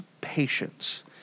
patience